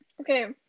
okay